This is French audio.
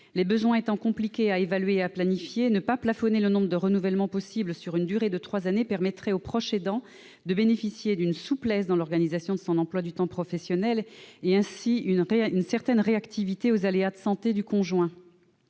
Les besoins étant compliqués à évaluer et à planifier, ne pas plafonner le nombre de renouvellements possibles sur une durée de trois années permettrait au proche aidant de bénéficier de souplesse dans l'organisation de son emploi du temps professionnel et, ainsi, d'une certaine réactivité face aux aléas de santé de l'aidé.